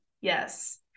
yes